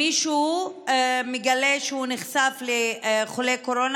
אם מישהו מגלה שהוא נחשף לחולה קורונה